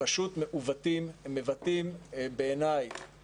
פשוט מעוותים, הם מבטאים בעיניי